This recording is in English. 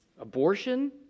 Abortion